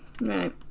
Right